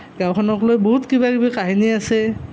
গাঁওখনক লৈ বহুত কিবা কিবি কাহিনী আছে